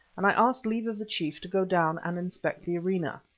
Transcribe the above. and i asked leave of the chief to go down and inspect the arena.